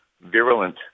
virulent